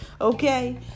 Okay